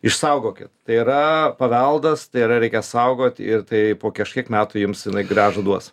išsaugokit tai yra paveldas tai yra reikia saugot ir tai po kažkiek metų jums jinai grąžą duos